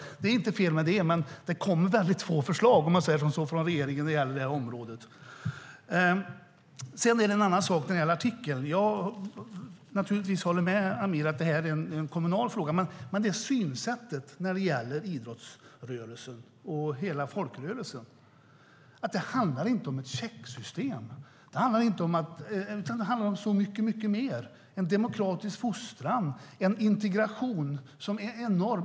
Det är inte fel att göra det, men det kommer väldigt få förslag från regeringen på det här området. När det gäller den här artikeln håller jag med Amir om att det här är en kommunal fråga, men det handlar om synen på idrottsrörelsen och hela folkrörelsen. Det handlar inte om ett checksystem, utan det handlar om så mycket mer. Det handlar om en demokratisk fostran och en enorm integration.